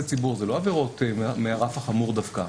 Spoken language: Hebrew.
ציבור שאלה לא עבירות מהרף החמור דווקא.